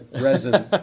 resin